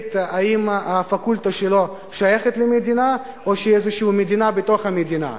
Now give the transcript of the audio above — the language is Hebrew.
יחליט אם הפקולטה שלו שייכת למדינה או שהיא איזו מדינה בתוך המדינה.